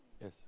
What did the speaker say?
Yes